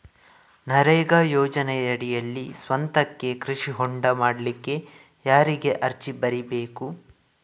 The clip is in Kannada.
ನರೇಗಾ ಯೋಜನೆಯಡಿಯಲ್ಲಿ ಸ್ವಂತಕ್ಕೆ ಕೃಷಿ ಹೊಂಡ ಮಾಡ್ಲಿಕ್ಕೆ ಯಾರಿಗೆ ಅರ್ಜಿ ಬರಿಬೇಕು?